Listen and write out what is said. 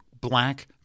black